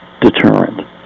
deterrent